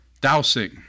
Dousing